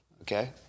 Okay